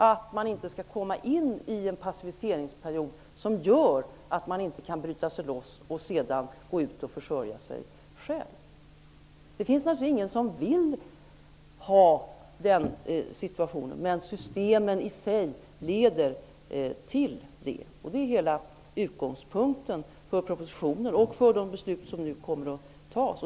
Det är viktigt att de inte kommer in i en passiviseringsperiod, som gör att de inte kan bryta sig loss och gå ut och försörja sig själva. Ingen vill att den situationen skall uppstå, men systemet i sig leder till det. Det är hela utgångspunkten för propositionen och för de beslut som nu kommer att fattas.